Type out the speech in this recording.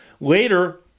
Later